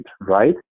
right